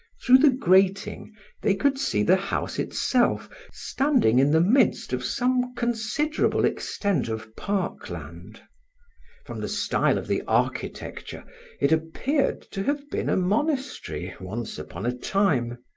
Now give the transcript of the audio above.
through the grating they could see the house itself standing in the midst of some considerable extent of park land from the style of the architecture it appeared to have been a monastery once upon a time.